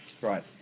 Right